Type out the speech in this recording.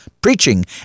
preaching